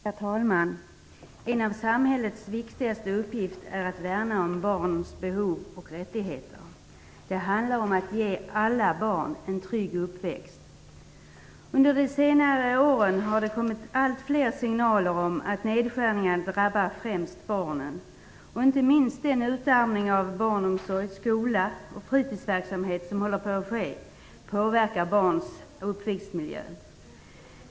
Herr talman! En av samhällets viktigaste uppgifter är att värna om barnens behov och rättigheter. Det handlar om att ge alla barn en trygg uppväxt. Under de senaste åren har det kommit allt fler signaler om att nedskärningen främst drabbar barnen. Inte minst påverkar den utarmning av barnomsorgen, skolan och fritidsverksamheten som håller på att ske barns uppväxtmiljö.